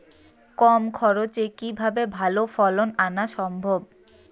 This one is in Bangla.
কম খরচে কিভাবে ভালো ফলন আনা সম্ভব?